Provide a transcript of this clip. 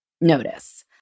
notice